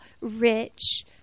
rich